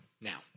Now